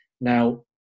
Now